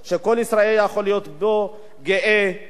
שכל ישראלי יכול להיות גאה בו.